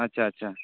ᱟᱪᱪᱷᱟ ᱟᱪᱪᱷᱟ